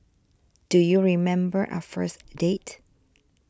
do you remember our first date